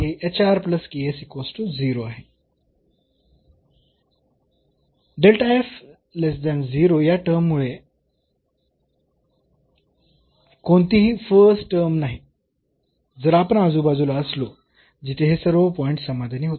म्हणून ही टर्म 0 आहे आणि येथे हा पॉझिटिव्ह आहे परंतु हे निगेटिव्ह आहे हे 0 पेक्षा कमी आहे या टर्म मुळे कोणतीही फर्स्ट टर्म नाही जर आपण आजूबाजूला असलो जिथे हे सर्व पॉईंट्स समाधानी होतात